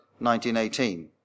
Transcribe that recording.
1918